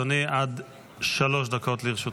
אדוני, עד שלוש דקות לרשותך.